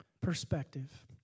perspective